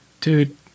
dude